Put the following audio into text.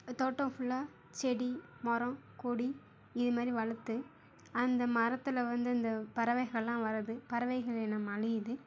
தோட்டம் ஃபுல்லாக செடி மரம் கொடி இதுமாரி வளர்த்து அந்த மரத்தில் வந்து இந்த பறவைகள்லாம் வரது பறவைகள் இனம் அழியுது